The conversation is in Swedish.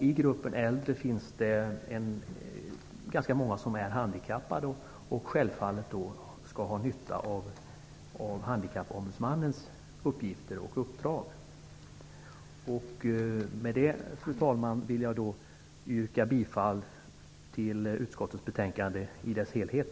I gruppen äldre finns det ganska många som är handikappade och som självfallet har nytta av handikappombudsmannen. Fru talman! Med det anförda vill jag yrka bifall till utskottets hemställan i dess helhet.